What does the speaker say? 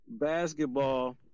basketball